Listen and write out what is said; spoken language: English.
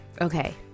Okay